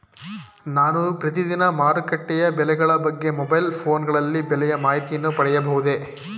ನಾನು ಪ್ರತಿದಿನ ಮಾರುಕಟ್ಟೆಯ ಬೆಲೆಗಳ ಬಗ್ಗೆ ಮೊಬೈಲ್ ಫೋನ್ ಗಳಲ್ಲಿ ಬೆಲೆಯ ಮಾಹಿತಿಯನ್ನು ಪಡೆಯಬಹುದೇ?